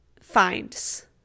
finds